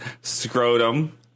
scrotum